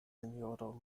sinjoro